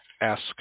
ask